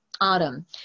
Autumn